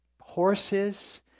horses